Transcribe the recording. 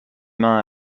mains